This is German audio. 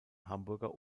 hamburger